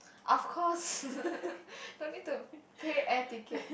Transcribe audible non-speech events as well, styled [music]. of course [laughs] no need to pay air ticket